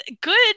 Good